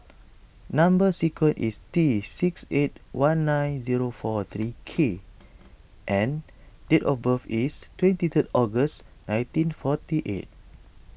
Number Sequence is T six eight one nine zero four thirty K and date of birth is twenty three August nineteen forty eight